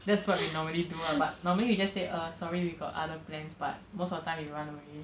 that's what we normally do lah but normally we just say sorry we got other plans but most of the time we run away